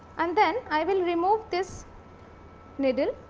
and then, i will remove this needle.